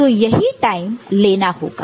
तो यही टाइम लेना होगा